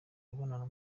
mibonano